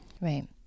right